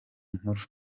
nkuru